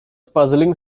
puzzling